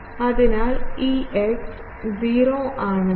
അതിനാൽ Ex 0 ആണെന്നാണ്